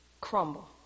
crumble